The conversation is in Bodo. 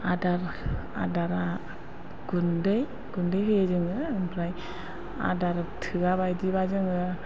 आदार आदारा गुन्दै गुन्दै होयो जोङो ओमफ्राय आदार थोआ बायदिब्ला जोङो